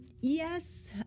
yes